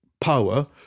power